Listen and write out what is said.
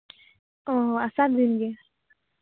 ᱚ ᱟᱥᱟᱲ ᱫᱤᱱᱜᱮ